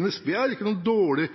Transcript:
NSB er ikke noe dårlig